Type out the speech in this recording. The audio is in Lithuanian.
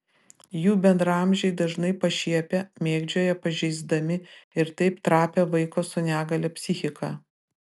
jų bendraamžiai dažnai pašiepia mėgdžioja pažeisdami ir taip trapią vaiko su negalia psichiką